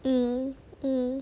mm mm